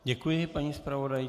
Děkuji paní zpravodajce.